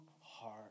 heart